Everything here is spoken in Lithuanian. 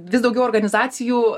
vis daugiau organizacijų